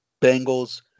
Bengals